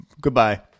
goodbye